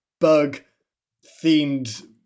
bug-themed